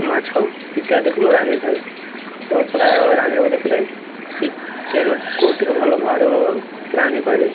ମାଛ ଇତ୍ୟାଦିକୁ ମୁଁ ରାନ୍ଧିଥାଏ ଏବଂ ପ୍ରାୟ ରାନ୍ଧିବାକୁ ଦେଖିଲେ ଚିକେନ୍କୁ ଟିକେ ଭଲ ଭାବରେ ମୁଁ ରାନ୍ଧିପାରେ